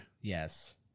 Yes